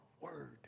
word